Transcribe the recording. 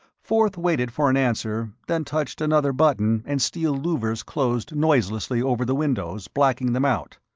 forth waited for an answer, then touched another button and steel louvers closed noiselessly over the windows, blacking them out.